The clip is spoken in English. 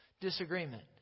disagreement